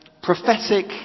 prophetic